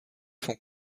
font